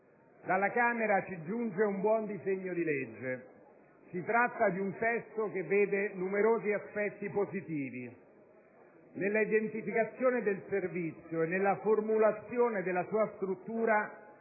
Dalla Camera ci giunge un buon disegno di legge; si tratta di un testo che vede numerosi aspetti positivi. Nell'identificazione del servizio e nella formulazione della sua struttura